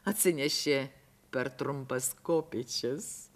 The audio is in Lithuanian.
atsinešė per trumpas kopėčias